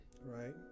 Right